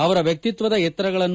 ಅವರ ವ್ಯಕ್ತಿತ್ವದ ಎತ್ತರಗಳನ್ನು